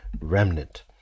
remnant